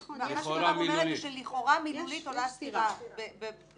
ו -- נכון, יש סתירה בין זה לבין זה.